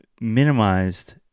minimized